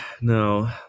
no